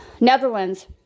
Netherlands